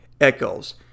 echoes